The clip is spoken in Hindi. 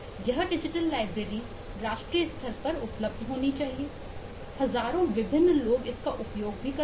यह डिजिटल लाइब्रेरी राष्ट्रीय स्तर पर उपलब्ध होनी चाहिए हजारों विभिन्न लोग इसका उपयोग करेंगे